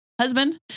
husband